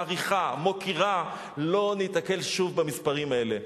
מעריכה, מוקירה, לא ניתקל שוב במספרים האלה.